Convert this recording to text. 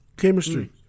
chemistry